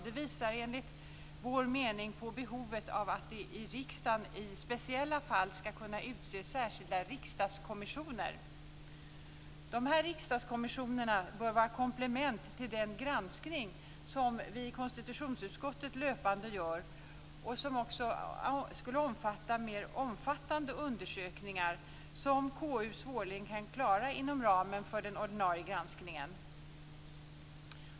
Det visar enligt vår mening på behovet av att det i riksdagen i speciella fall skall kunna utses särskilda riksdagskommissioner. De här riksdagskommissionerna bör vara komplement till den granskning som vi i konstitutionsutskottet löpande gör och också avse mer omfattande undersökningar som KU svårligen kan klara inom ramen för den ordinarie granskningen.